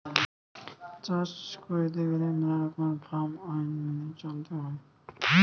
চাষ কইরতে গেলে মেলা রকমের ফার্ম আইন মেনে চলতে হৈ